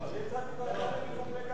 אני ביקשתי לוועדה למיגור נגע הסמים.